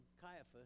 Caiaphas